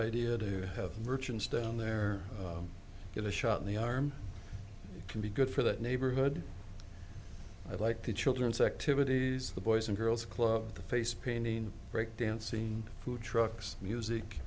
idea to have merchants down there get a shot in the arm can be good for that neighborhood i'd like to children's activities the boys and girls club face painting break dancing food trucks music